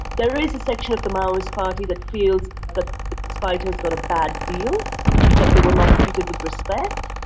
there is a section of the maoist party that feels that its fighters got a bad deal that they were not treated with respect,